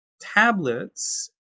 tablets